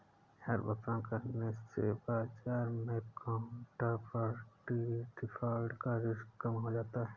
हर भुगतान करने से बाजार मै काउन्टरपार्टी डिफ़ॉल्ट का रिस्क कम हो जाता है